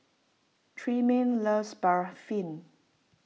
Tremaine loves Barfi